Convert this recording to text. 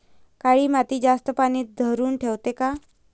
काळी माती जास्त पानी धरुन ठेवते का?